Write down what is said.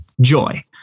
joy